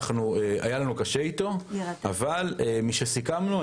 היה לנו קשה איתו אבל משסיכמנו,